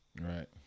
Right